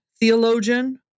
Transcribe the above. theologian